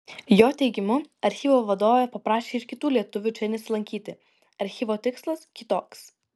jo teigimu archyvo vadovė paprašė ir kitų lietuvių čia nesilankyti archyvo tikslas kitoks